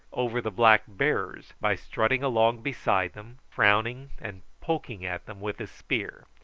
over the black bearers by strutting along beside them, frowning and poking at them with his spear.